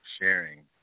sharing